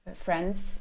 friends